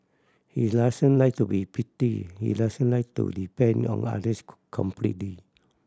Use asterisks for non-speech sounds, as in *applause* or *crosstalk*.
he doesn't like to be pitied he doesn't like to depend on others *unintelligible* completely